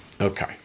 Okay